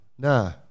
No